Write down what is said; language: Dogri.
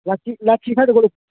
लाची लाची साढ़े कोल